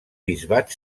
bisbat